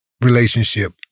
relationship